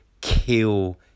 kill